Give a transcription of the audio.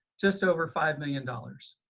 just over five million dollars.